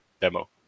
demo